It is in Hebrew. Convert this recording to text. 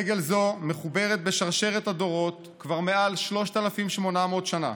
רגל זו מחוברת בשרשרת הדורות כבר מעל 3,800 שנה,